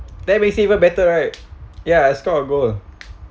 that makes it even better right ya I score a goal